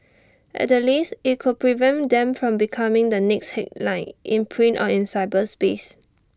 at the least IT could prevent them from becoming the next headline in print or in cyberspace